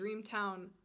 Dreamtown